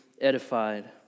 edified